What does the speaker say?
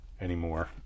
Anymore